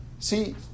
See